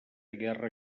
guerra